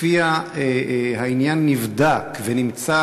שלפיה העניין נבדק ונמצא,